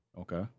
Okay